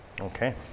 Okay